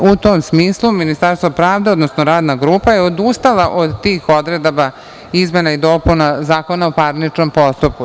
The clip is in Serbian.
U tom smislu Ministarstvo pravde, odnosno Radna grupa je odustala od tih odredaba izmena i dopuna Zakona o parničnom postupku.